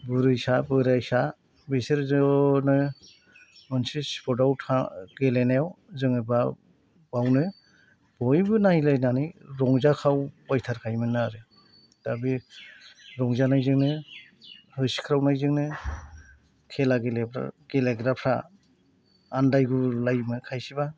बुरैसा बोराइसा बेसोर ज'नो मोनसे स्पटआव गेलेनायाव जेन'बा बावनो बयबो नायलायनानै रंजाखाव बायथारखायोमोन आरो दा बे रंजानायजोंनो होसिख्रावनायजोंनो खेला गेलेग्राफ्रा आनदायगुलायोमोन खायसेबा